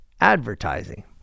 advertising